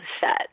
set